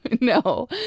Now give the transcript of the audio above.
No